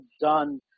done